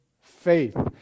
faith